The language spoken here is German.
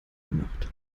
gemacht